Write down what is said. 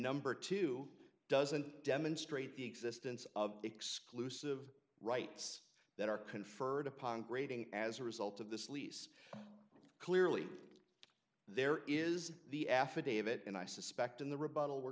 number two doesn't demonstrate the existence of exclusive rights that are conferred upon grading as a result of this lease clearly there is the affidavit and i suspect in the rebuttal we're